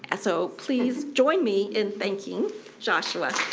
and so please join me in thanking joshua.